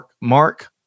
Mark